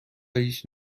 هیچ